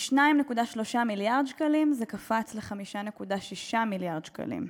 מ-2.3 מיליארד שקלים זה קפץ ל-5.6 מיליארד שקלים.